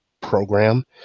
program